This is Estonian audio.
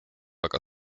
aga